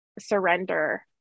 surrender